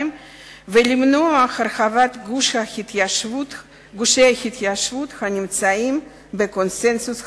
ולמנוע את הרחבת גושי ההתיישבות הנמצאים בקונסנזוס הלאומי,